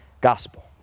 gospel